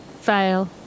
fail